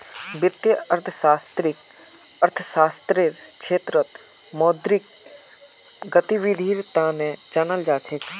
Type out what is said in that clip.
वित्तीय अर्थशास्त्ररक अर्थशास्त्ररेर क्षेत्रत मौद्रिक गतिविधीर तना जानाल जा छेक